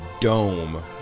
dome